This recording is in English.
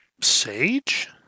sage